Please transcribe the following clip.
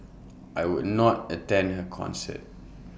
I would not attend her concert